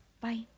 bye